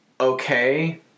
okay